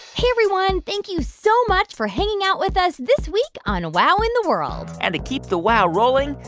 hey, everyone. thank you so much for hanging out with us this week on wow in the world and to keep the wow rolling,